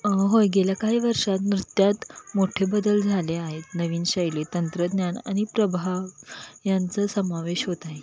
होय गेल्या काही वर्षात नृत्यात मोठे बदल झाले आहेत नवीन शैली तंत्रज्ञान आणि प्रभाव यांचं समावेश होत आहे